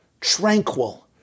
tranquil